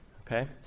Okay